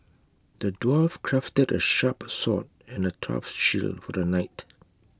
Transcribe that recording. the dwarf crafted A sharp sword and A tough shield for the knight